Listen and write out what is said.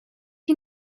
you